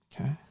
okay